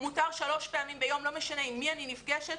מותר שלוש פעמים ביום ולא משנה עם מי אני נפגשת,